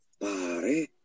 pare